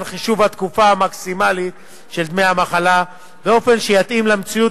חישוב התקופה המקסימלית של דמי המחלה באופן שיתאים למציאות